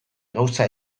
gauza